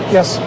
Yes